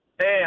Hey